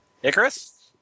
Icarus